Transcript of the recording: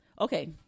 Okay